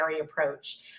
approach